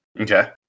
Okay